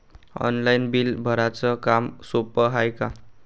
Online bill भराच काम सोपं हाय का?